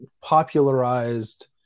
popularized